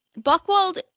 Buckwald